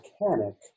mechanic